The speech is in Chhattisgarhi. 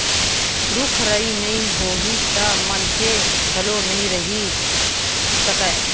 रूख राई नइ होही त मनखे घलोक नइ रहि सकय